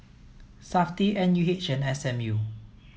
SAFTI N U H and S M U